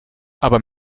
aber